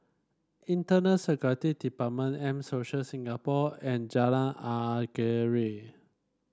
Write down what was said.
Internal Security Department M Social Singapore and Jalan Anggerek